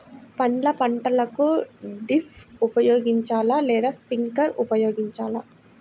పండ్ల పంటలకు డ్రిప్ ఉపయోగించాలా లేదా స్ప్రింక్లర్ ఉపయోగించాలా?